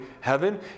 heaven